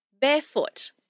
barefoot